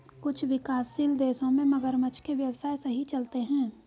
कुछ विकासशील देशों में मगरमच्छ के व्यवसाय सही चलते हैं